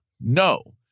No